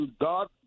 God